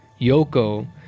Yoko